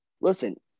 Listen